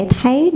Thấy